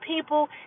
people